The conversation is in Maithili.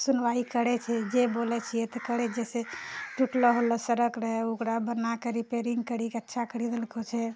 सुनवाइ करै छै जे बोलै छियै तऽ करै छै से तऽ टूटलौ होलै सड़क रहयै तऽ ओकरा बनाके रिपेरिंग करिके अच्छा करी देलकै जे